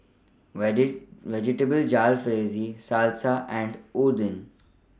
Vegetable Jalfrezi Salsa and Oden